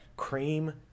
Cream